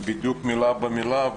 מילה במילה.